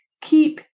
Keep